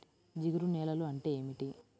జిగురు నేలలు అంటే ఏమిటీ?